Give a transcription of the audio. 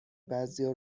بعضیا